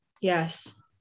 Yes